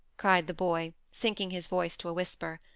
cried the boy, sinking his voice to a whisper.